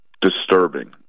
disturbing